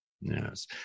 Yes